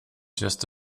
just